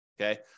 Okay